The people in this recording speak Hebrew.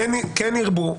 כן ירבו.